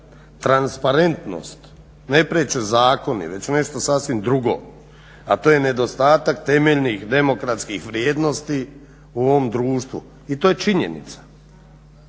transparentnost ne priječe zakoni već nešto sasvim drugo, a to je nedostatak temeljnih demokratskih vrijednosti u ovom društvu i to je činjenica.